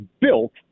built